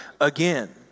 again